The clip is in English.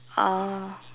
oh